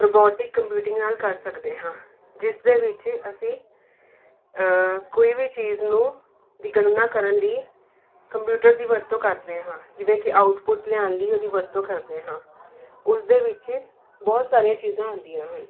robotic computing ਨਾਲ ਕਰ ਸਕਦੇ ਹਾਂ ਜਿਸ ਦੇ ਵਿੱਚ ਅਸੀਂ ਕੋਈ ਵੀ ਚੀਜ਼ ਨੂੰ ਦੀ ਗਣਨਾ ਕਰਨ ਲਈ ਕੰਪਿਊਟਰ ਦੀ ਵਰਤੋਂ ਕਰਦੇ ਹਾਂ ਜਿਵੇਂ ਕਿ ਆਊਟਪੁੱਟ ਲਿਆਉਣ ਲਈ ਉਹਦੀ ਵਰਤੋਂ ਕਰਦੇ ਹਾਂ ਉਸ ਦੇ ਵਿੱਚ ਬਹੁਤ ਸਾਰੀਆਂ ਚੀਜ਼ਾਂ ਆਉਂਦੀਆਂ ਹਨ